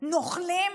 "נוכלים",